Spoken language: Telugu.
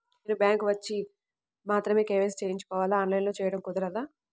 నేను బ్యాంక్ వచ్చి మాత్రమే కే.వై.సి చేయించుకోవాలా? ఆన్లైన్లో చేయటం కుదరదా?